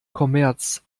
kommerz